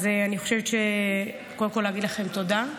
אז קודם כול, להגיד לכם תודה.